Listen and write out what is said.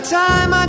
time